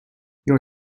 your